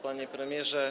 Panie Premierze!